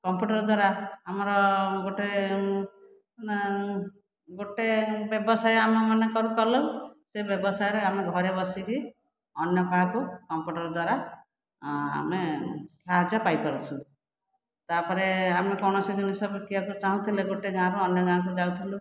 computer ଦ୍ୱାରା ଆମର ଗୋଟିଏ ଗୋଟିଏ ବ୍ୟବସାୟ ଆମେ ମନେକର କରିଲୁ ସେ ବ୍ୟବସାୟରେ ଆମେ ଘରେ ବସିକି ଅନ୍ୟ କାହାକୁ କମ୍ପୁଟର ଦ୍ୱାରା ଆମେ ସାହାଯ୍ୟ ପାଇ ପାରୁଛୁ ତାପରେ ଆମେ କୌଣସି ଜିନିଷ ପଠେଇବାକୁ ଚାହୁଁଥିଲେ ଗୋଟିଏ ଗାଁ ରୁ ଅନ୍ୟ ଗାଁ କୁ ଯାଉଥିଲୁ